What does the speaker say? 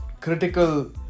critical